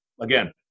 again